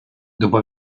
dopo